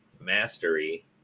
mastery